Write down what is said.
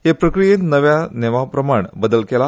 हे प्रक्रियेत नव्या नेमाप्रमाण बदल केला